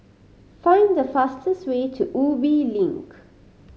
find the fastest way to Ubi Link